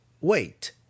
Wait